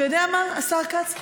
אתה יודע מה השר כץ,